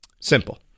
Simple